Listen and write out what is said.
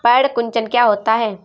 पर्ण कुंचन क्या होता है?